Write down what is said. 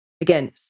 Again